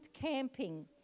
Camping